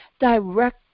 direct